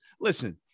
listen